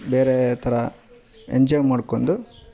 ಬೇರೆ ಥರ ಎಂಜಾಯ್ ಮಾಡ್ಕೊಂಡು